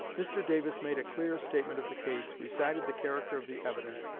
mr. davis made a clear statement of the case, recited the character of the evidence,